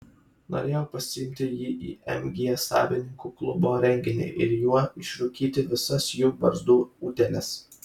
norėjau pasiimti jį į mg savininkų klubo renginį ir juo išrūkyti visas jų barzdų utėles